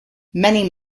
many